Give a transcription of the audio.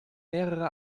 mehrere